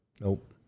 Nope